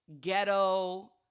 ghetto